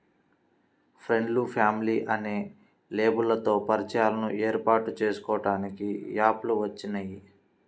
friends, family అనే లేబుల్లతో పరిచయాలను ఏర్పాటు చేసుకోడానికి యాప్ లు వచ్చినియ్యి